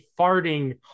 farting